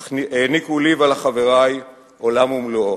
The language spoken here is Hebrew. אך העניקו לי ולחברי עולם ומלואו.